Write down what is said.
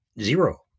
Zero